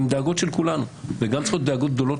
אלה דאגות של כולנו וגם דאגות גדולות